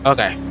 Okay